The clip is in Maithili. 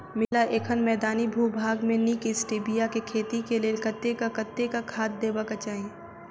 मिथिला एखन मैदानी भूभाग मे नीक स्टीबिया केँ खेती केँ लेल कतेक कतेक खाद देबाक चाहि?